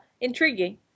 intriguing